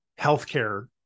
healthcare